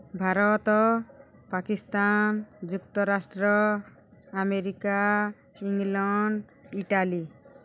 ଭାରତ ପାକିସ୍ତାନ ଯୁକ୍ତରାଷ୍ଟ୍ର America England Italy